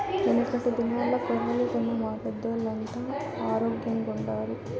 యెనకటి దినాల్ల కొర్రలు తిన్న మా పెద్దోల్లంతా ఆరోగ్గెంగుండారు